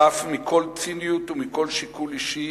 חף מכל ציניות ומכל שיקול אישי